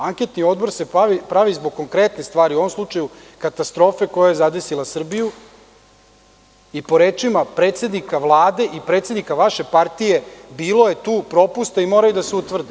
Anketni odbor se pravi zbog konkretnih stvari, u ovom slučaju katastrofe koja je zadesila Srbiju i po rečima predsednika Vlade i predsednika vaše partije, bilo je tu propusta i moraju da se utvrde.